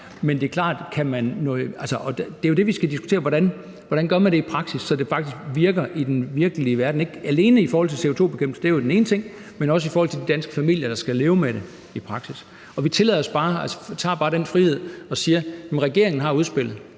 og det er jo det, vi skal diskutere, altså hvordan man gør det i praksis, så det faktisk virker i den virkelige verden, ikke alene i forhold til CO2-nedbringelse – det er den ene ting – men også i forhold til de danske familier, der skal leve med det i praksis. Vi tager os bare den frihed at sige, at regeringen må komme